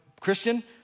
Christian